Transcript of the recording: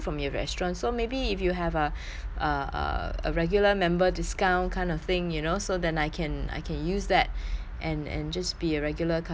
if you have a a a a regular member discount kind of thing you know so then I can I can use that and and just be a regular customer